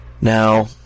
Now